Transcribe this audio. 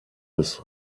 des